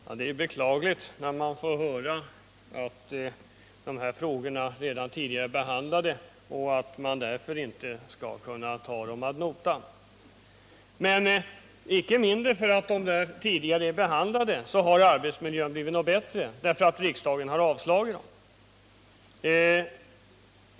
Herr talman! Det är beklagligt att man får höra att dessa frågor har behandlats redan tidigare och att man därför inte skall kunna beakta dem. Bara för att frågorna har behandlats tidigare har ju inte arbetsmiljön blivit bättre, eftersom riksdagen har avslagit de förslag som framförts.